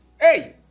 Hey